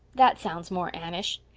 that sounds more anneish.